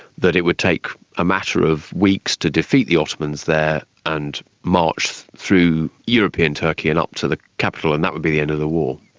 that it would take a matter of weeks to defeat the ottomans there and march through european turkey and up to the capital and that would be the end of the war.